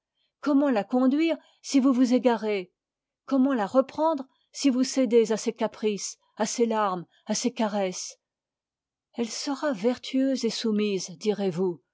comment la conduire si vous vous égarez comment la reprendre si vous cédez à ses caprices à ses larmes à ses caresses elle sera vertueuse et soumise direz-vous